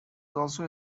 also